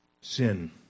sin